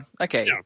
Okay